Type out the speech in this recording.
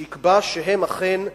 שיקבע שהם אכן גויים,